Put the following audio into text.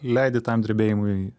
leidi tam drebėjimui